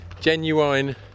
genuine